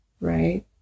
Right